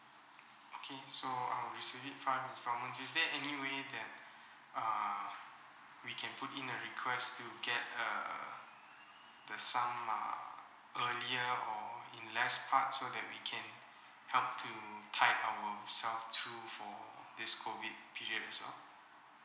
okay so I will receive it five instalment is there any way that uh we can put in a request to get err the some uh earlier or in less part so that we can help to tight ourselves through for this COVID period as well